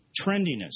Trendiness